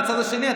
מהצד השני,